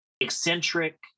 eccentric